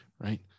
right